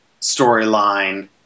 storyline